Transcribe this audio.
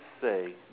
say